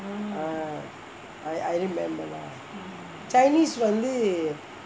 ah I remember lah chinese வந்து:vanthu